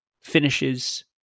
finishes